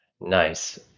Nice